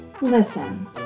Listen